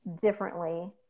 differently